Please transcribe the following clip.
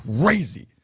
crazy